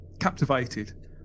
captivated